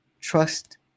Trust